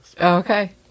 Okay